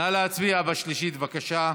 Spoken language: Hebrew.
נא להצביע בשלישית, בבקשה.